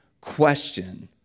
question